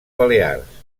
balears